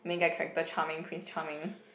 main guy character charming prince charming